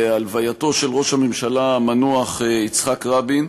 בהלווייתו של ראש הממשלה המנוח יצחק רבין,